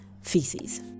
feces